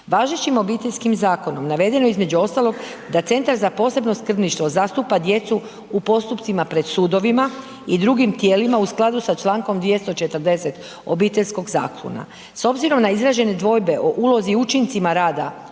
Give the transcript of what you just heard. Važećim Obiteljskim zakonom navedeno je između ostalog da Centar za posebno skrbništvo zastupa djecu u postupcima pred sudovima i drugim tijelima u skladu sa Člankom 240. Obiteljskog zakona. S obzirom na izražene dvojbe o ulozi i učincima rada